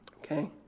Okay